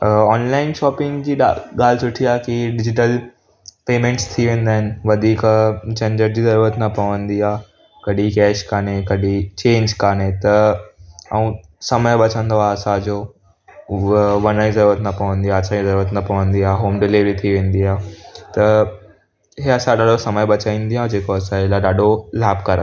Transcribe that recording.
अ online shopping जी ॻाल्हि सुठी आहे की डिजिटल्स पेमेंट्स थी वेंदा आहिनि अ वधीक झंझट जी ज़रूअत न पवंदी आहे कॾहिं कैश कान्हे कॾहिं चेंज कान्हे त ऐं समय बचंदो आहे असांजो हूअ वञण जी ज़रूअत न पवंदी आहे अचनि जी जरूअत न पवंदी आहे होम डिलिवरी थी वेंदी आहे त हीअ असांजो ॾाढो समय बचाईंदी ऐं जेको असांजे लाइ ॾाढो लाभकार आहे